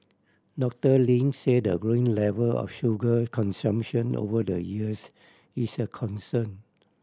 Doctor Ling said the growing level of sugar consumption over the years is a concern